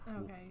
Okay